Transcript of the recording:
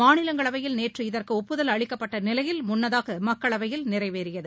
மாநிலங்களவையில் நேற்று இதற்குஒப்புதல் அளிக்கப்பட்டநிலையில் முன்னதாகமக்களவையில் நிறைவேறியது